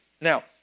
Now